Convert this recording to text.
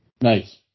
Nice